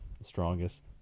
strongest